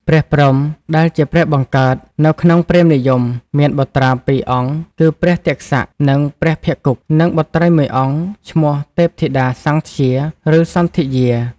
ព្រះព្រហ្ម ដែលជាព្រះបង្កើតនៅក្នុងព្រាហ្មណ៍និយម មានបុត្រា២អង្គ គឺ ព្រះទក្សៈ និងព្រះភ្ឋគុ និងបុត្រី១អង្គឈ្មោះ ទេពធីតាសំធ្យា ឬសន្ធិយា។